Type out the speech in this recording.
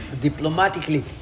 diplomatically